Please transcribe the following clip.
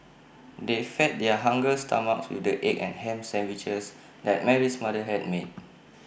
they fed their hungry stomachs with the egg and Ham Sandwiches that Mary's mother had made